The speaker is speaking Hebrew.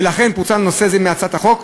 ולכן פוצל נושא זה מהצעת החוק,